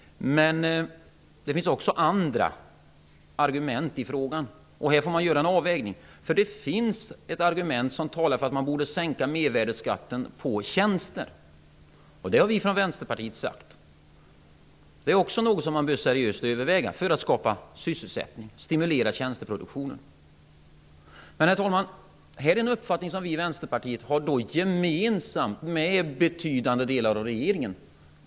Men det finns också andra argument i frågan. Här får man göra en avvägning, för det finns ett argument som talar för att man borde sänka mervärdesskatten på tjänster. Vi har från Vänsterpartiet sagt att detta också är något som man seriöst bör överväga för att skapa sysselsättning och stimulera tjänsteproduktionen. Herr talman! Detta är en uppfattning som vi i Vänsterpartiet har gemensam med betydande delar av regeringen.